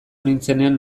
nintzenean